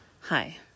Hi